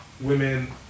women